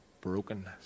brokenness